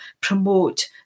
promote